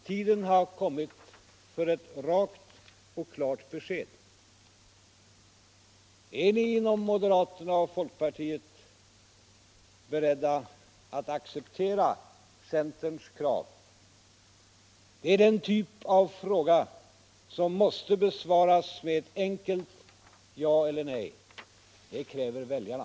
Tiden har kommit för ett rakt och klart besked. Är ni inom moderaterna och folkpartiet beredda att acceptera centerns krav? Det är den typ av fråga som måste besvaras med ett enkelt ja eller nej. Det kräver väljarna.